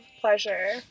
pleasure